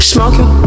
Smoking